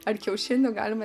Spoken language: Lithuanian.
ar kiaušinių galima